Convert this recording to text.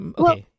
okay